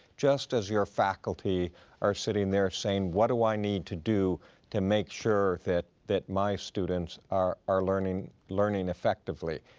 just as your faculty are sitting there saying, what do i need to do to make sure that that my students are are learning learning effectively?